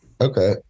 Okay